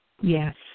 Yes